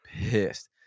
pissed